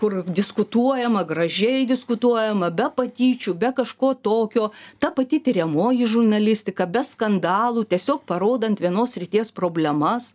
kur diskutuojama gražiai diskutuojama be patyčių be kažko tokio ta pati tiriamoji žurnalistika be skandalų tiesiog parodant vienos srities problemas